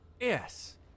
Yes